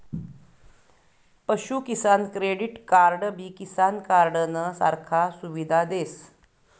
पशु किसान क्रेडिट कार्डबी किसान कार्डनं सारखा सुविधा देस